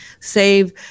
save